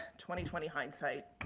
twenty twenty hindsight,